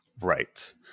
Right